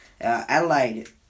Adelaide